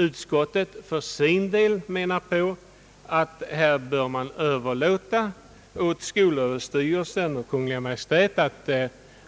Utskottet menar för sin del att man bör överlåta åt skolöverstyrelsen och Kungl. Maj:t att